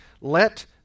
let